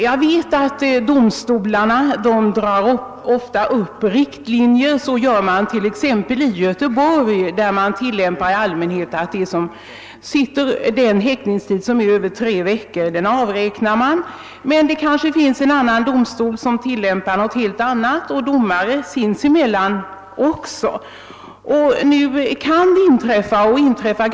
Jag vet att domstolarna ofta drar upp riktlinjer; så gör man t.ex. i Göteborg, där man i allmänhet tillämpar den principen att häktningstid över tre veckor avräknas. Men det kan finnas andra domstolar — och även domare sinsemellan — som tillämpar reglerna helt annorlunda.